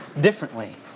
differently